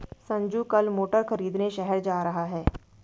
संजू कल मोटर खरीदने शहर जा रहा है